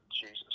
Jesus